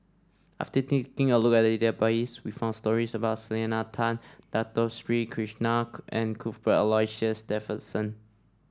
after taking a look at the database we found stories about Selena Tan Dato Sri Krishna and Cuthbert Aloysius Shepherdson